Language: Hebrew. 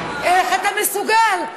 איך אתה מסוגל?